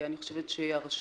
אני חושבת שהרשות,